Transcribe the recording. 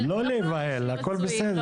לא להיבהל, הכול בסדר.